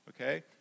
Okay